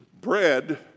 bread